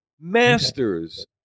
masters